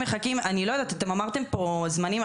אני לא יודעת, אתם אמרתם פה זמנים.